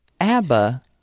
ABBA